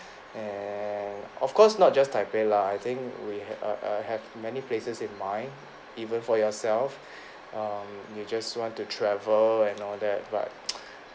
and of course not just taipei lah I think we err err have many places in mind even for yourself um you just want to travel and all that but